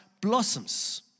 blossoms